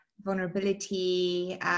vulnerability